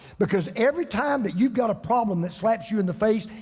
because every time that you've got a problem that slaps you in the face.